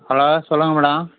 hello சொல்லுங்கள் madam